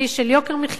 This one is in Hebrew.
של יוקר מחיה,